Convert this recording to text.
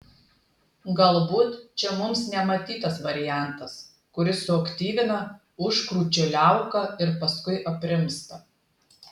galbūt čia mums nematytas variantas kuris suaktyvina užkrūčio liauką ir paskui aprimsta